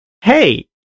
hey